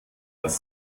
das